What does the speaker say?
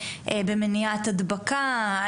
במניעת הדבקה?